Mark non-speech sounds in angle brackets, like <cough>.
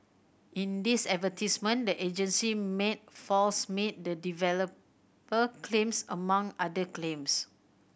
in these <unintelligible> the agency made false meet the developer claims among other claims